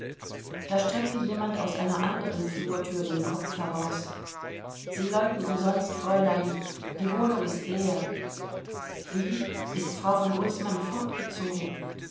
da streckte jemand bei einer anderen flurthür den kopf heraus sie läuten umsonst fräul'n die wohnung ist leer wie ist frau v